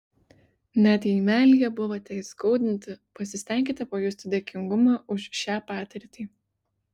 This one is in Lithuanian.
net jei meilėje buvote įskaudinti pasistenkite pajusti dėkingumą už šią patirtį